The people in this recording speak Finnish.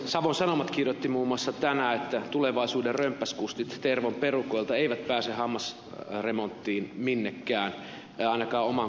savon sanomat kirjoitti muun muassa tänään että tulevaisuuden römppäs kustit tervon perukoilta eivät pääse hammasremonttiin minnekään eivät ainakaan omaan kotikuntaansa